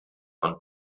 und